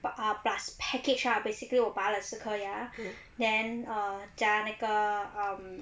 but ah plus package lah basically 我拔了四颗牙 then err 加那个 um